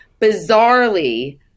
bizarrely